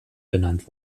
benannt